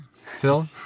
Phil